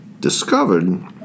discovered